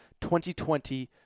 2020